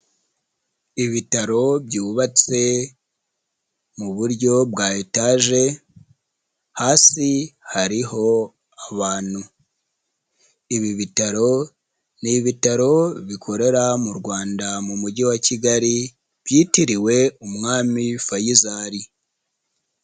Ibitaro byubatse mu buryo bwa etaje hasi hariho abantu ibi bitaro n'ibitaro bikorera mu Rwanda mu mujyi wa kigali byitiriwe umwami fayizari.